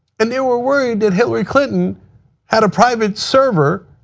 and they were worried that hillary clinton had a private server.